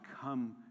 come